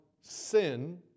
sin